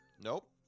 Nope